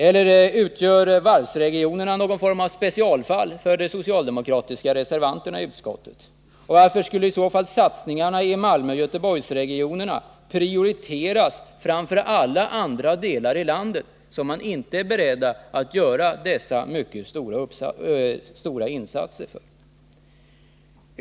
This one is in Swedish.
Eller utgör varvsregionerna något specialfall för reservanterna i utskottet? Varför skulle man i så fall prioritera satsningarna i Göteborgsoch Malmöregionerna framför alla andra delar av landet, där man inte är beredd att göra dessa mycket stora insatser?